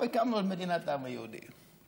הקמנו את מדינת העם היהודי.